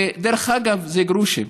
דרך אגב, זה גרושים.